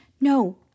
No